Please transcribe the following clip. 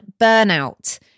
burnout